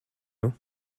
nhw